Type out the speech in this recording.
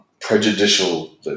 prejudicial